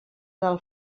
del